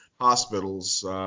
hospitals